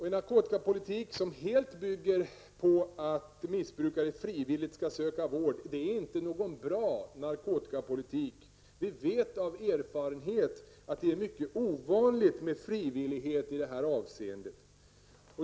En narkotikapolitik som helt bygger på att missbrukare frivilligt skall söka vård är inte någon bra narkotikapolitik. Vi vet av erfarenhet att det är mycket ovanligt med frivillighet i det här avseendet.